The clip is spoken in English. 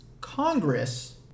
Congress